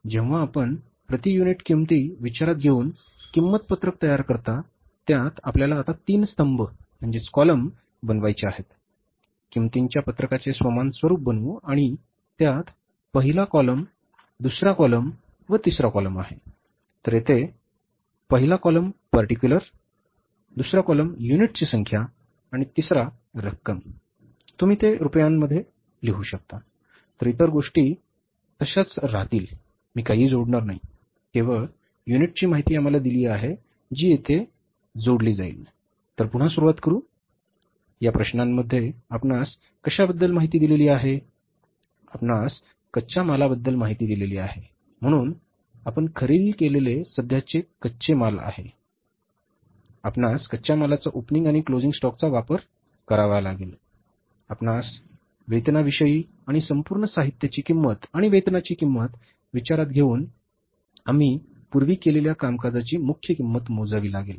तर जेव्हा आपण प्रति युनिट किंमती विचारात घेऊन किंमत पत्रक तयार करता त्यात आपल्याला आता तीन स्तंभ लागेल